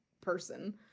person